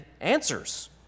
answers